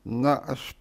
na aš